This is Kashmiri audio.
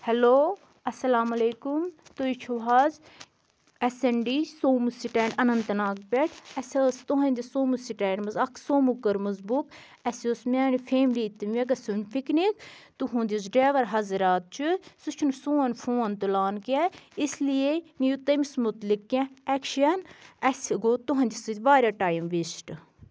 ہٮ۪لو اَسلام علیکُم تُہۍ چھُو حظ S N D Sumo stand Anantnag پٮ۪ٹھ اَسہِ ٲس تُہُنٛدِ سومو سٕٹینٛڈ منٛز اکھ سومو کٔرمٕژ بُک اَسہِ اوس میٛانہِ فیملی تہِ مےٚ گَژھُن پِکنِک تُہُنٛد یُس ڈیور حضرات چھِ سُہ چھُنہٕ سون فون تُلان کیٚنٛہہ اِسلیے نِیِو تٔمِس متعلق کیٚنٛہہ اٮ۪کشَن اَسہِ گوٚو تُہُنٛدِ سۭتۍ وارِیاہ ٹایِم ویسٹ